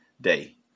day